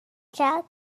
کرد